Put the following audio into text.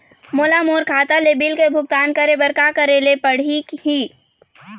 मोला मोर खाता ले बिल के भुगतान करे बर का करेले पड़ही ही?